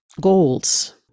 goals